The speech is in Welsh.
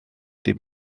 dim